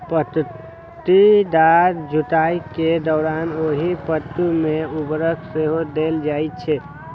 पट्टीदार जुताइ के दौरान ओहि पट्टी मे उर्वरक सेहो देल जाइ छै